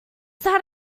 that